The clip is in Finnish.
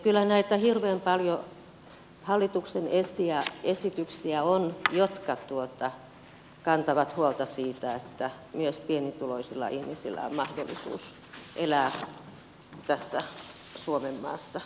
kyllä näitä hallituksen esityksiä hirveän paljon on jotka kantavat huolta siitä että myös pienituloisilla ihmisillä on mahdollisuus elää tässä suomenmaassa kohtuullista elämää